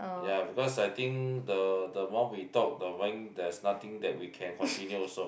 ya because I think the the while we talk the wine there's nothing that we can continue also